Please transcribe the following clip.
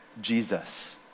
Jesus